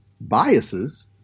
biases